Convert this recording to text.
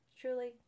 truly